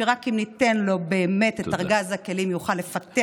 שאם רק ניתן לו באמת את ארגז הכלים יוכל לפתח